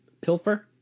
pilfer